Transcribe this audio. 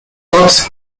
talks